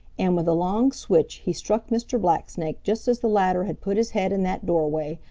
and with a long switch he struck mr. blacksnake just as the latter had put his head in that doorway,